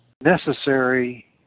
necessary